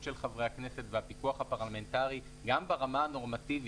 של חברי הכנסת והפיקוח הפרלמנטרי גם ברמה הנורמטיבית.